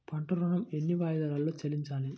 పంట ఋణం ఎన్ని వాయిదాలలో చెల్లించాలి?